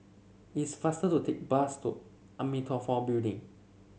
it's faster to take bus to Amitabha Building